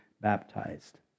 baptized